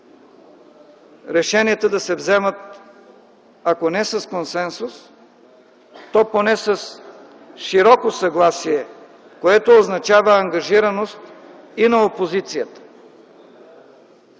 решенията да се вземат, ако не с консенсус, то поне с широко съгласие, което означава ангажираност и на опозицията.